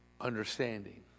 understanding